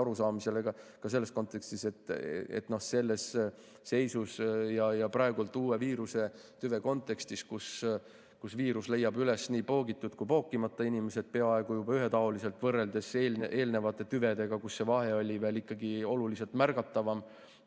arusaamisele ka selles kontekstis, sellises seisus ja praeguse uue viirusetüve kontekstis, kus viirus leiab üles nii poogitud kui ka pookimata inimesed peaaegu juba ühetaoliselt võrreldes eelnevate tüvedega, kus see vahe oli veel ikkagi oluliselt märgatavam,